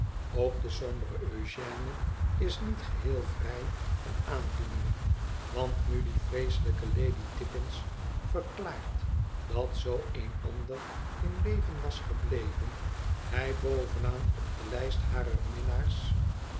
ook de sombere eugéne is niet geheel vrij van aandoening want nu die vreeselijke lady tlppins verklaart dat zoo eenander in leven was gebleven hij bovenaai op de lijst harer minnaars